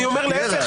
אני אומר להפך.